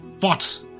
fought